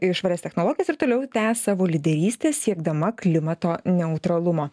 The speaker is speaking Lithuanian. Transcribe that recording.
į švarias technologijas ir toliau tęs savo lyderystę siekdama klimato neutralumo